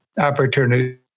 opportunity